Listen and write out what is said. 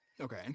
Okay